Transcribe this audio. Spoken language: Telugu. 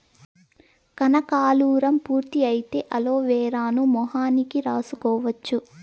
కనకాలురం పూర్తి అయితే అలోవెరాను మొహానికి రాసుకోవచ్చు